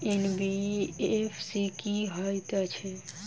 NBFC की हएत छै?